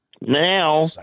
Now